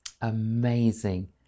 Amazing